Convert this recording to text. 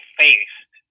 faced